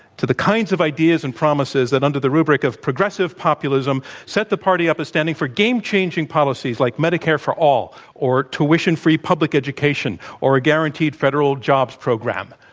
to the kinds of ideas and promises that under the rubric of progressive populism set the party up as standing for game-changing policies like medicare for all, or tuition-free public education, or a guaranteed federal jobs program.